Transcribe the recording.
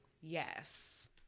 yes